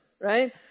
right